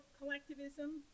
collectivism